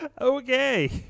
okay